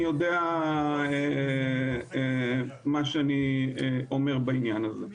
אני יודע מה שאני אומר בעניין הזה.